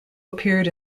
appeared